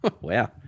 wow